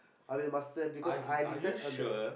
I'll be the master because I decide on the